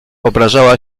obrażała